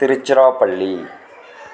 Tiruchirappalli